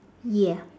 ya